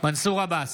מנסור עבאס,